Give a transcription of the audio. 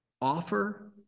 Offer